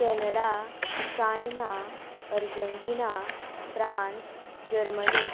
Canada China Argentina France Germany